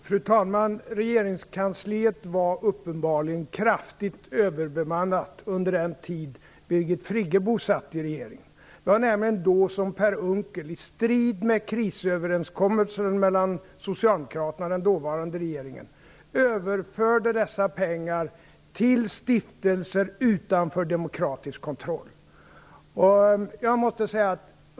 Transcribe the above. Fru talman! Regeringskansliet var uppenbarligen kraftigt överbemannat under den tid Birgit Friggebo satt i regeringen. Det var nämligen då som Per Socialdemokraterna och den dåvarande regeringen, överförde dessa pengar till stiftelser utanför demokratisk kontroll.